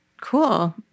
Cool